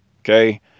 okay